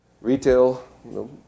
retail